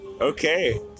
Okay